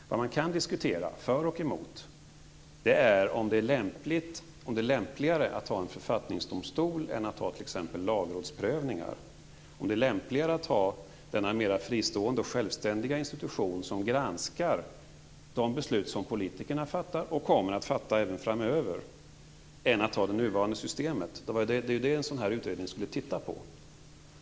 Det som man kan diskutera för och emot är om det är lämpligare att ha en författningsdomstol än att ha t.ex. lagrådsprövningar, och om det är lämpligare att ha denna mer fristående och självständiga institution som granskar de beslut som politikerna fattar och kommer att fatta även framöver än att ha det nuvarande systemet. Det är det som en sådan här utredning skulle titta på.